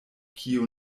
kiu